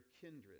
kindred